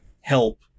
help